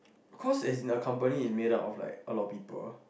cause as in the company is made up of like a lot of people